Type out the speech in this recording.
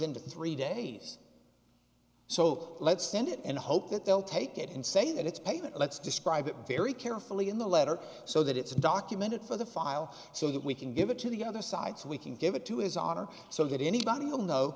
into three days so let's send it and hope that they'll take it and say that it's payment let's describe it very carefully in the letter so that it's documented for the file so that we can give it to the other side so we can give it to his honor so that anybody will know